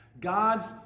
God's